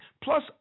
Plus